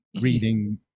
reading